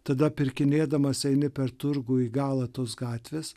tada pirkinėdamas eini per turgų į galą tos gatvės